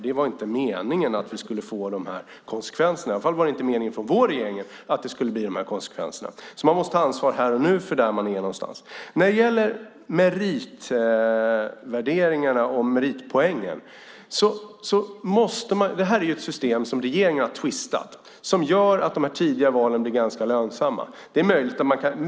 Det var inte meningen att vi skulle få de här konsekvenserna. Det var i alla fall inte meningen från vår regering att det skulle bli de här konsekvenserna. Man måste ta ansvar här och nu. Meritvärderingar och meritpoäng är ett system som regeringen har twistat. Det gör att de tidiga valen blir ganska lönsamma.